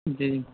جی